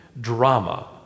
drama